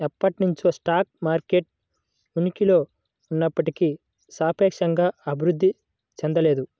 ఎప్పటినుంచో stock market ఉనికిలో ఉన్నప్పటికీ సాపేక్షంగా అభివృద్ధి చెందలేదు